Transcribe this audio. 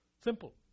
Simple